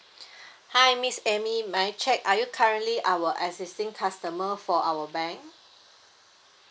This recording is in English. hi miss amy may I check are you currently our existing customer for our bank